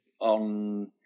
on